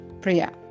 Priya